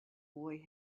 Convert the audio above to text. boy